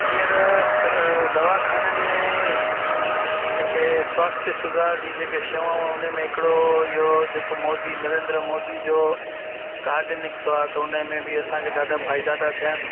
हींअर स दवाख़ाननि जेके स्वास्थ्य सुधार जी जेके शेवाऊं उनमें हिकिड़ो इहो जेको मोदी नरेंद्र मोदी जो उनमें बि असांखे ॾाढा फ़ाइदा था थियनि